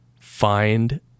find